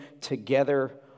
together